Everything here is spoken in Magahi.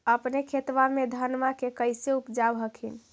अपने खेतबा मे धन्मा के कैसे उपजाब हखिन?